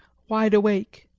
wide awake.